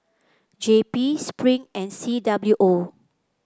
J P Spring and C W O